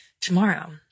tomorrow